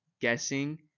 guessing